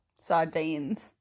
Sardines